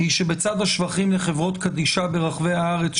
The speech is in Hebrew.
היא שבצד השבחים לחברות קדישא ברחבי הארץ,